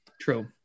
true